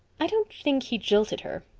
i don't think he jilted her.